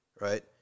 right